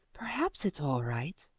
perhaps it's all right,